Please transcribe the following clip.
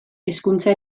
hezkuntza